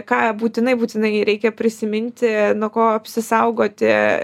ką būtinai būtinai reikia prisiminti nuo ko apsisaugoti